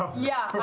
yeah.